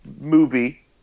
movie